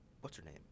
what's-her-name